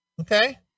Okay